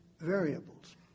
Variables